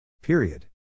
Period